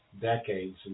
decades